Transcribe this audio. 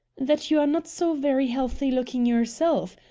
that you are not so very healthy-looking yourself.